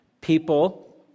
people